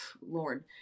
Lord